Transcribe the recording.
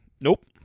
Nope